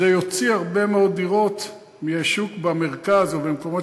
זה יוציא הרבה מאוד דירות מהשוק במרכז או במקומות